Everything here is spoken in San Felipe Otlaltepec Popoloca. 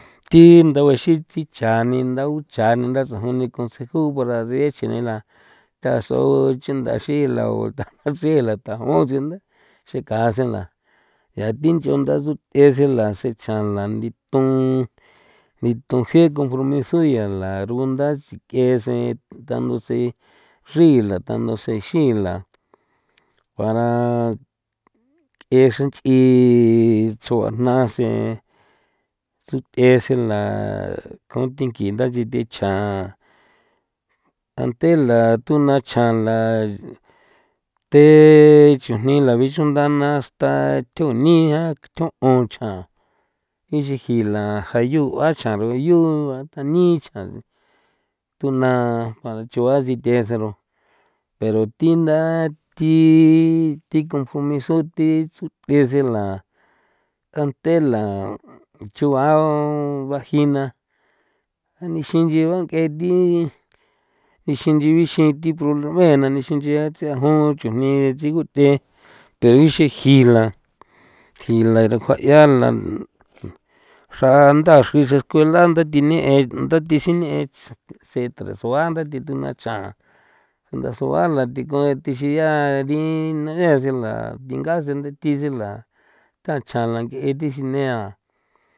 Thi ndaꞌue xi chicha ni nda ucha ni ndasajon ni consejo para de chjene la taso chindaxi la utaja si la tajon siunda seka sen la ya thi nchigunda tsutheꞌe sen la tsje tsja la nditon nditon ji compromiso ya la rugunda sik'en sen tanu tsen nxrii la tano sen xii la para ng'e xren nch'i itsjuana sen tsutheꞌe sen la tunthiki ndachethe chjan ante la tuna chjan la te chujni la bixunda na hasta thjunia thon ꞌon chjan inchin jiin la jayuꞌa chjan ruyo ata ni chjan tuna a choꞌa tsithe sen pero pero thi naa thi thi conf iso thi tsuthꞌe sen la ante la choꞌan ba jina nixin nchi bang'e nthi nixin nchi bixin thi proble 'mena na nixin nchia tsiajon chujni tsiguthe pero xin ji la tsi la rujuaꞌia la xranda xri skuela ndathi neꞌe ndathi sineꞌe sen teresuan ndathi tunua chan ndasua la dikonꞌa thi xige dina ge sen la thinga sen ndathi sen la tachjan la ngꞌe thi sinea.